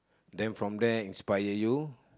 then from there inspire you